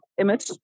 image